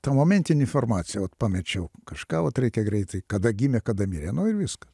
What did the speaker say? ta momentinė informacija vat pamečiau kažką vat reikia greitai kada gimė kada mirė nu ir viskas